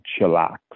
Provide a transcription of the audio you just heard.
chillax